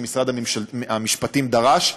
ומשרד המשפטים דרש,